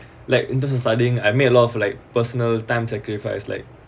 like in terms of studying I made a lot of like personal time sacrifice like